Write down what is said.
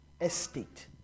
estate